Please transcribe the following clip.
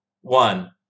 One